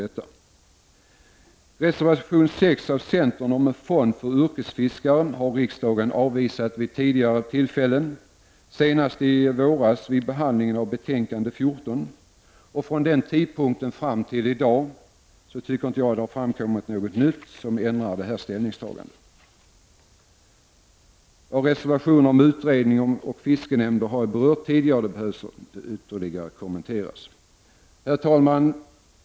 Kraven i reservation 6 från centern om en fond för yrkesfiskare har riksdagen avvisat vid tidigare tillfällen, senast i våras vid behandlingen av betän kande 14. Jag anser inte att det från den tidpunkten fram till i dag har framkommit något nytt som föranleder en ändring av ställningstagandet. Reservationerna om en utredning och fiskenämnder har jag berört tidigare, och de behöver inte kommenteras ytterligare.